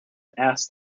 asked